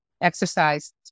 Exercise